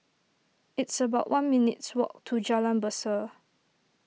it's about one minutes' walk to Jalan Berseh